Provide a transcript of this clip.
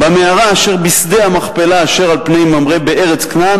במערה אשר בשדה המכפלה אשר על פני ממרא בארץ כנען